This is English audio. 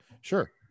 sure